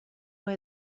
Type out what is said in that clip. why